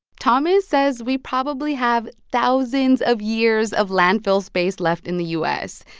thomas says we probably have thousands of years of landfill space left in the u s.